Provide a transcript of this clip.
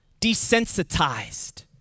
desensitized